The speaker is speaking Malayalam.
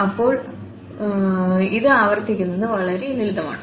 ഇപ്പോൾ ഇത് പ്രവർത്തിക്കുന്നത് വളരെ ലളിതമാണ്